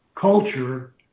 culture